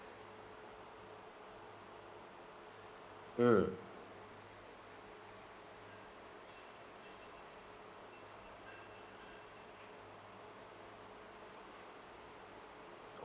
mm